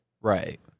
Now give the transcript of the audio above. right